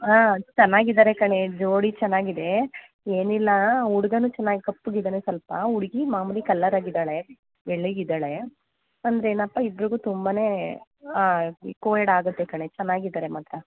ಹಾಂ ಚೆನ್ನಾಗಿದ್ದಾರೆ ಕಣೆ ಜೋಡಿ ಚೆನ್ನಾಗಿದೆ ಏನಿಲ್ಲಾ ಹುಡ್ಗಾನು ಚೆನ್ನಾಗಿ ಕಪ್ಪಗೆ ಇದ್ದಾನೆ ಸ್ವಲ್ಪ ಹುಡ್ಗಿ ಮಾಮೂಲಿ ಕಲ್ಲರಾಗಿ ಇದ್ದಾಳೆ ಬೆಳ್ಳಗಿದ್ದಾಳೆ ಅಂದರೆ ಏನಪ್ಪ ಇಬ್ಬರಿಗು ತುಂಬಾ ಕೋವೆಡ್ ಆಗುತ್ತೆ ಕಣೆ ಚೆನ್ನಾಗಿದ್ದಾರೆ ಮಾತ್ರ